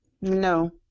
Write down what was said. No